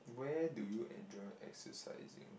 where do you enjoy exercising